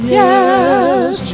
yes